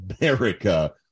America